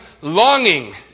longing